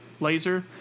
laser